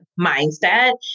mindset